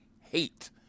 hate